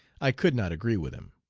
i could not agree with him.